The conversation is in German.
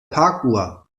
parkuhr